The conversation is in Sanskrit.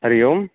हरिः ओम्